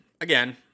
again